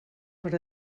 per